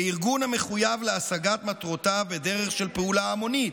לארגון המחויב להשגת מטרותיו בדרך של פעולה המונית: